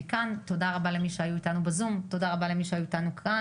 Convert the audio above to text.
תודה רבה למי שהיו איתנו בזום ולמי שהגיע לכאן.